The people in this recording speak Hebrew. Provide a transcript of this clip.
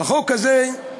החוק הזה,